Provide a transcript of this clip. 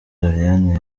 doriane